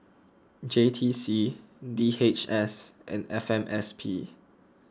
J T C D H S and F M S P